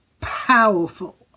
powerful